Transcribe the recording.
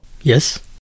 Yes